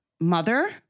mother